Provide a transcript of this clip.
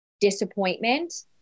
disappointment